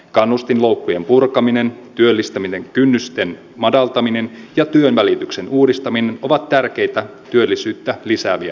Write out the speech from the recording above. kannustinloukkujen purkaminen työllistämisen kynnysten madaltaminen ja työnvälityksen uudistaminen ovat tärkeitä työllisyyttä lisääviä uudistuksia